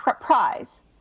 prize